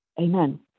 amen